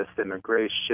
immigration